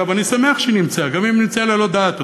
אגב, אני שמח שהיא נמצאה, גם אם נמצאה בבלי דעת.